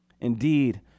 Indeed